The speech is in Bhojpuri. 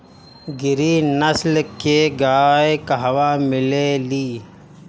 गिरी नस्ल के गाय कहवा मिले लि?